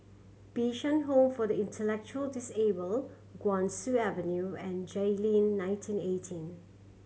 Bishan Home for the Intellectually Disabled Guan Soon Avenue and Jayleen nineteen eighteen